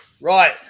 Right